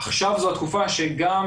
עכשיו זו התקופה שגם